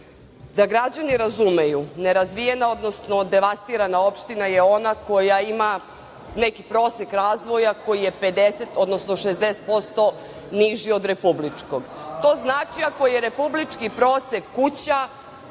građani razumeju, nerazvijena, odnosno devastirana opština je ona koja ima neki prosek razvoja koji je 50 odnosno 60% niži od republičkog. To znači ako je republički prosek kuća,